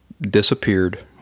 disappeared